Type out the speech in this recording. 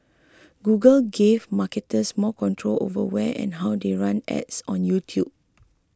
Google gave marketers more control over where and how they run ads on YouTube